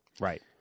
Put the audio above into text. Right